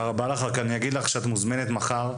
את מוזמנת מחר.